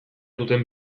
duten